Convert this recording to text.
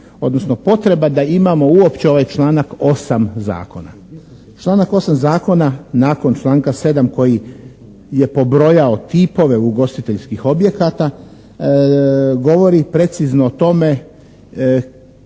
odnosno potreba da imamo uopće ovaj članak 8. Zakona. Članak 8. Zakona nakon članka 7. koji je pobrojao tipove ugostiteljskih objekata govori precizno o tome